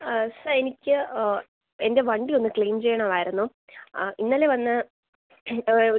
ആ സാർ എനിക്ക് എൻ്റെ വണ്ടി ഒന്ന് ക്ലയിം ചെയ്യണമായിരുന്നു ആ ഇന്നലെ വന്ന്